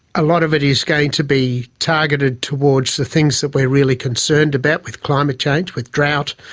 a lot of it is going to be targeted towards the things that we're really concerned about, with climate change, with drought.